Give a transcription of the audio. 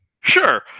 Sure